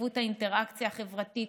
יחוו את האינטראקציה החברתית,